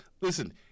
listen